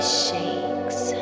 shakes